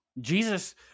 Jesus